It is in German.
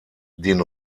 den